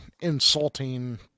insulting